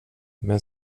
men